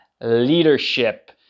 leadership